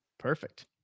Perfect